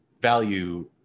value